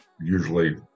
usually